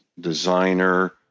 designer